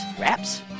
Wraps